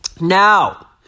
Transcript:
Now